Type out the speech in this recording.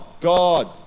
God